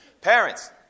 Parents